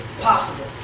possible